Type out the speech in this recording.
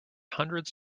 hundreds